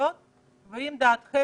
הרשויות והאם דעתכם